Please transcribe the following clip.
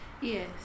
yes